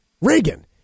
Reagan